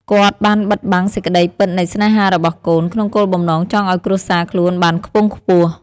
គាត់បានបិទបាំងសេចក្តីពិតនៃស្នេហារបស់កូន ក្នុងគោលបំណងចង់ឲ្យគ្រួសារខ្លួនបានខ្ពង់ខ្ពស់។